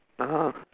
(uh huh)